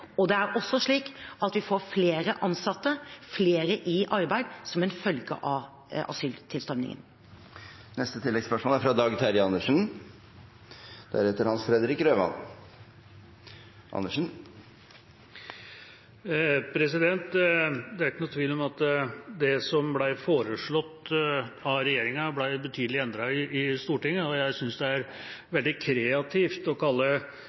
og det er også slik at vi får flere ansatte, flere i arbeid som en følge av asyltilstrømningen. Dag Terje Andersen – til oppfølgingsspørsmål. Det er ikke noen tvil om at det som ble foreslått av regjeringa, ble betydelig endret i Stortinget. Jeg synes det er veldig kreativt å kalle